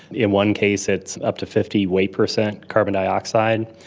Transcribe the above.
in one case it's up to fifty weight percent carbon dioxide,